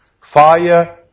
Fire